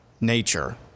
nature